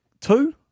two